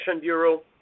Bureau